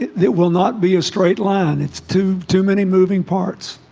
it will not be a straight line. it's too too many moving parts